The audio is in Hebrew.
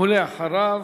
ואחריו,